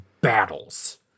battles